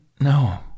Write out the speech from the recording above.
No